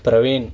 Praveen